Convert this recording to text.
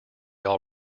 all